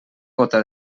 gota